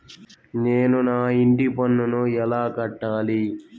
నేను నా ఇంటి పన్నును ఎలా కట్టాలి?